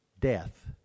Death